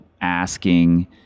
asking